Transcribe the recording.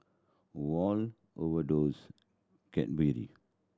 Wall Overdose Cadbury